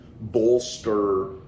bolster